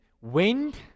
Wind